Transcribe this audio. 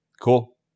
Cool